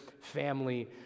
family